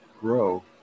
grow